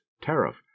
tariff